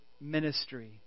ministry